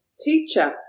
teacher